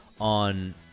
On